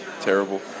Terrible